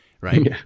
right